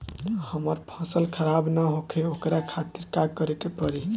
हमर फसल खराब न होखे ओकरा खातिर का करे के परी?